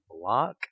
block